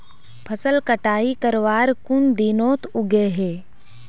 फसल कटाई करवार कुन दिनोत उगैहे?